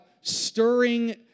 stirring